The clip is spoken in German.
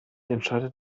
entscheidet